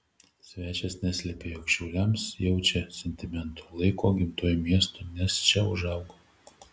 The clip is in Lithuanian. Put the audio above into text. svečias neslėpė jog šiauliams jaučia sentimentų laiko gimtuoju miestu nes čia užaugo